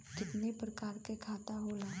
कितना प्रकार के खाता होला?